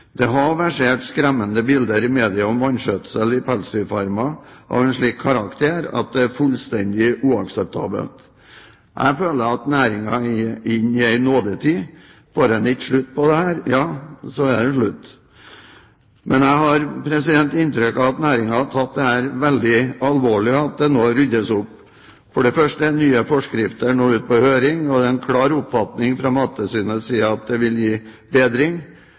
Det har versert skremmende bilder i media av vanskjøtsel i pelsdyrfarmer av en slik karakter at det er fullstendig uakseptabelt. Jeg føler at næringen nå er inne i en nådetid. Får man ikke slutt på dette, ja, så er det slutt. Jeg har inntrykk av at næringen har tatt dette veldig alvorlig, og at det nå ryddes opp. For det første er nye forskrifter nå ute på høring, og det er en klar oppfatning fra Mattilsynets side at det vil gi bedring.